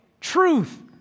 Truth